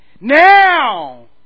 Now